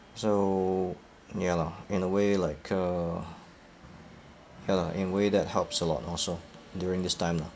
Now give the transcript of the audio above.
so ya lah in a way like uh ya lah in way that helps a lot also during this time lah